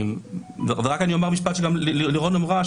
אני רק אומר משפט שלירון אמרה,